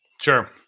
Sure